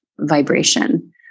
vibration